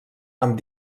amb